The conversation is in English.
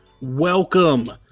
welcome